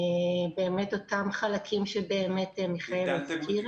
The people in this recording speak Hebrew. אותם חלקים שמיכאלה הזכירה.